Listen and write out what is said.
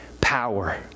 power